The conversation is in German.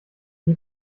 die